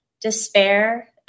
despair